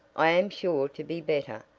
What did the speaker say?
i am sure to be better,